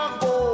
go